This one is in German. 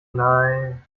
nein